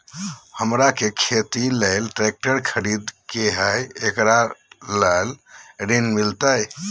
हमरा के खेती ला ट्रैक्टर खरीदे के हई, एकरा ला ऋण मिलतई?